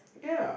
ya